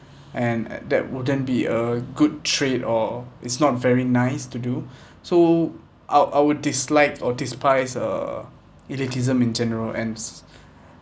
and a~ that wouldn't be a good trait or it's not very nice to do so I'll I'll dislike or despise uh elitism in general ands